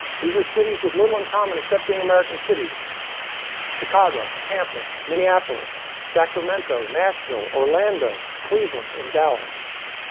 these are cities with little in common, except being american cities chicago, tampa, minneapolis, sacramento, nashville, orlando, cleveland, and dallas.